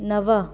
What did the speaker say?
नव